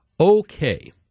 Okay